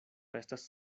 estas